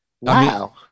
Wow